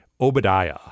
Obadiah